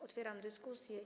Otwieram dyskusję.